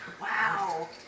Wow